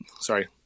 Sorry